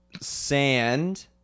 sand